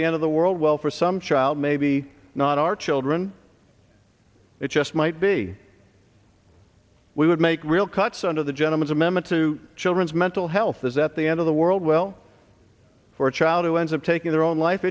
the end of the world well for some child maybe not our children it just might be we would make real cuts under the gentleman's amendment to children's mental health as at the end of the world well for a child who ends up taking their own life